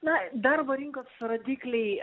na darbo rinkos rodikliai